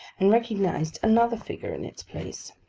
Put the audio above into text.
and recognised another figure in its place.